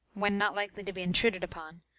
when not likely to be intruded upon,